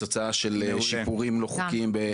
מתוצאה של שיפורים לא חוקיים.